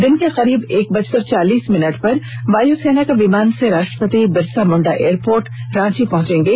दिन के करीब एक बजकर चालीस मिनट पर वायुसेना के विमान से राष्ट्रपति बिरसा मुण्डा एयरपोर्ट रांची पहुंचेंगे